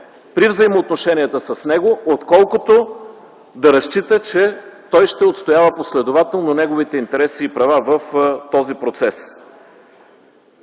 при взаимоотношенията с него, отколкото да разчита, че той ще отстоява последователно неговите интереси и права в този процес.